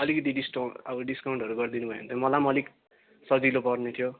अलिकति डिस्काउन्ट अब डिस्काउन्टहरू गरिदिनु भयो भने त मलाई अलिक सजिलो पर्ने थियो